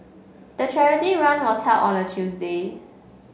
the charity run was held on a Tuesday